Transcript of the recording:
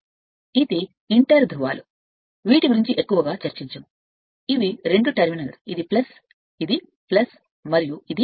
మరియు ఇది ఇంటర్ ధ్రువాలు ఇవి చాలా చర్చించవు ఇవి రెండు టెర్మినల్ ఇది ఇప్పుడే ఆగంది ఇది ఇదే ఇది మరియు ఇది